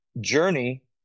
journey